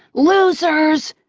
losers!